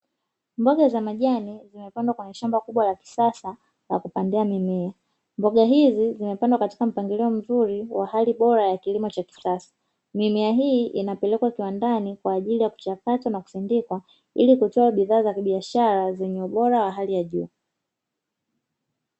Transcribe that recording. Mboga za majani zinapandwa kwenye shamba kubwa la kisasa la kupandia mimea. Mboga hizi zimepandwa katika mpangilio mzuri wa hali bora ya kilimo cha kisasa, mimea hii inapelekwa kiwandani kwa ajili ya kuchakatwwa na kusindikwa ili kutoa bidhaa za biashara zenye ubora wa hali ya juu.